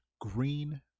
green